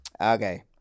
Okay